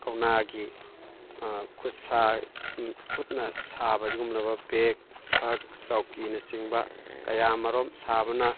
ꯀꯧꯅꯥꯒꯤ ꯈꯨꯠ ꯁꯥ ꯈꯨꯠꯅ ꯁꯥꯕ ꯑꯗꯨꯒꯨꯝꯂꯕ ꯕꯦꯒ ꯐꯛ ꯆꯧꯀꯤꯅ ꯆꯤꯡꯕ ꯀꯌꯥ ꯃꯔꯨꯝ ꯁꯥꯕꯅ